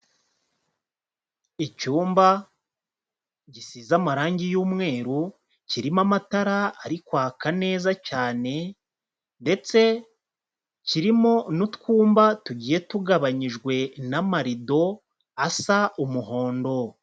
Icyumba gisize amarangi y'umweru kirimo amatara ari kwaka neza cyane ndetse kirimo n'utwumba tugiye tugabanyijwe n'amarido asa umuhondo.